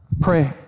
Pray